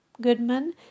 Goodman